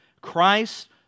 Christ